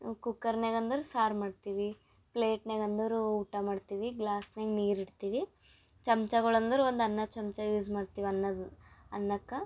ಕುಕ್ಕರ್ನ್ಯಾಗ ಅಂದರೆ ಸಾರು ಮಾಡ್ತೀವಿ ಪ್ಲೇಟ್ನ್ಯಾಗ ಅಂದರೆ ಊಟ ಮಾಡ್ತೀವಿ ಗ್ಲಾಸ್ನ್ಯಾಗ ನೀರು ಇಡ್ತೀವಿ ಚಮಚಗಳು ಅಂದರೆ ಒಂದು ಅನ್ನದ ಚಮಚ ಯೂಸ್ ಮಾಡ್ತೀವಿ ಅನ್ನದ ಅನ್ನಕ್ಕೆ